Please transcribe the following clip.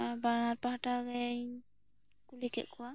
ᱵᱟᱱᱟᱨ ᱯᱟᱦᱴᱟ ᱨᱮᱧ ᱠᱩᱞᱤ ᱠᱮᱫ ᱠᱚᱣᱟ